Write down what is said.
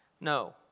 No